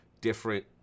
different